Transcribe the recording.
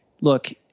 look